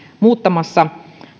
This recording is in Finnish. muuttamassa